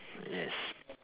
yes